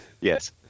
Yes